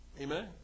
Amen